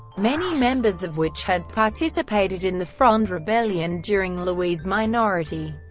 many members of which had participated in the fronde rebellion during louis' minority.